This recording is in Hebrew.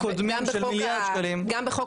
בחוק